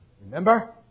Remember